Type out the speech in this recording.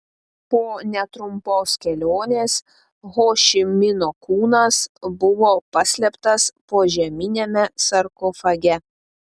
po netrumpos kelionės ho ši mino kūnas buvo paslėptas požeminiame sarkofage